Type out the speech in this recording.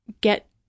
get